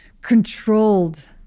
controlled